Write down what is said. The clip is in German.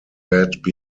bad